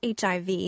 HIV